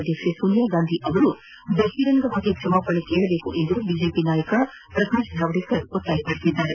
ಅಧ್ಯಕ್ಷ ಸೋನಿಯಾ ಗಾಂಧಿ ಅವರು ಬಹಿರಂಗ ಕ್ಷಮಾಪಣೆ ಕೇಳಬೇಕೆಂದು ಬಿಜೆಪಿ ನಾಯಕ ಪ್ರಕಾಶ್ ಜಾವಡೇಕರ್ ಒತ್ತಾಯಿಸಿದ್ದಾರೆ